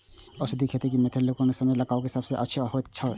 औषधि खेती मेंथा के लेल कोन समय में लगवाक सबसँ बेसी अच्छा होयत अछि?